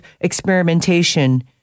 experimentation